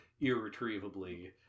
irretrievably